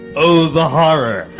oh the horror!